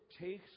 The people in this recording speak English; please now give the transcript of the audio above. takes